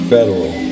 Federal